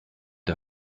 der